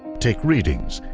take readings,